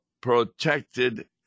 protected